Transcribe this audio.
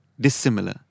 dissimilar